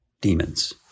demons